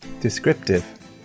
Descriptive